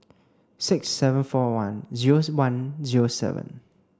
six seven four one zero one zero seven